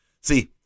See